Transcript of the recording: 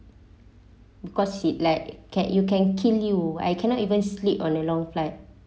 because she'd like can you can kill you I cannot even sleep on the long flight